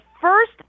first